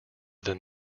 than